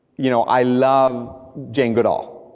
you know, i love jane goodall,